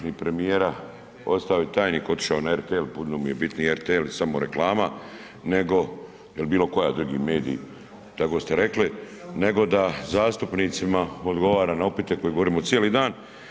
Nema ni premijera, ostao je tajnik, otišao na RTL, puno je bitniji RTL i samo reklama nego, ili bilo koji drugi medij, kako ste rekli nego da zastupnicima odgovara na upite o kojima govorimo cijeli dan.